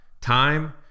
time